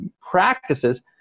practices